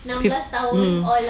fif~ mm